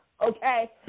okay